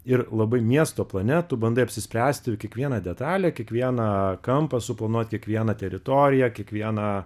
ir labai miesto plane tu bandai apsispręsti ir kiekvieną detalę kiekvieną kampą suplanuot kiekvieną teritoriją kiekvieną